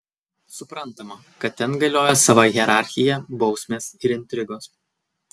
suprantama kad ten galiojo sava hierarchija bausmės ir intrigos